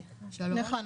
נכון,